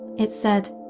it said,